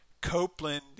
Copeland